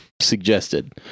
suggested